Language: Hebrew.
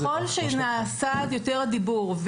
ככל שנעשה יותר דיבור,